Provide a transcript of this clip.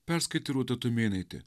perskaitė rūta tumėnaitė